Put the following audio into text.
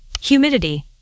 humidity